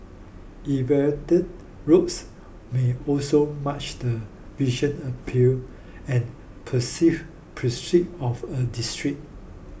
elevated roads may also march the visual appeal and perceive prestige of a district